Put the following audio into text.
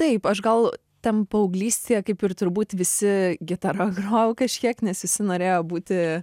taip aš gal ten paauglystėje kaip ir turbūt visi gitara grojau kažkiek nes visi norėjo būti